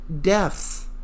deaths